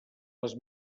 les